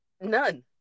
None